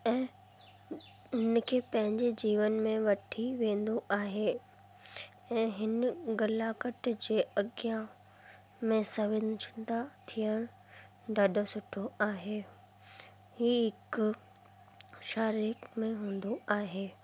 ऐं हुनखे पंहिंजे जीवन में वठी वेंदो आहे ऐं हिन गलाकट जे अॻियां में संवेदनशीलता थिअण ॾाढो सुठो आहे हीअ हिकु शारीरिक में हूंदो आहे